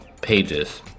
pages